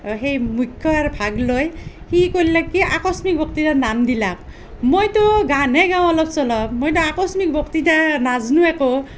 সেই মূখ্য়ই আৰু ভাগ লয় সি কৰলাক কি আকস্মিক বক্তৃতাত নাম দিলাক মইতো গানহে গাওঁ অলপ চলপ মই ত' আকস্মিক বক্তৃতা নাজনো একো